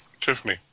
Tiffany